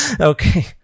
Okay